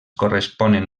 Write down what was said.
corresponen